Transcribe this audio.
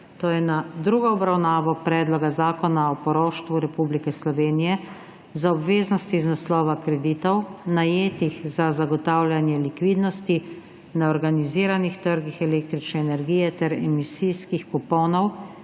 12. 9. 2022 obravnaval Predlog zakona o poroštvu Republike Slovenije za obveznosti iz naslova kreditov, najetih za zagotavljanje likvidnosti na organiziranih trgih električne energije ter emisijskih kuponov